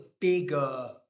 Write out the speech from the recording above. bigger